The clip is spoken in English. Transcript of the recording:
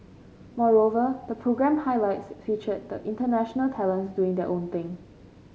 moreover the programme highlights featured the international talents doing their own thing